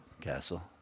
Castle